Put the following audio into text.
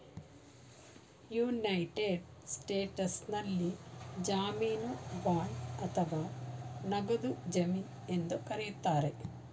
United ಸ್ಟೇಟ್ಸ್ನಲ್ಲಿ ಜಾಮೀನು bond ಅಥವಾ ನಗದು ಜಮೀನು ಎಂದು ಕರೆಯುತ್ತಾರೆ